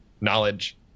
knowledge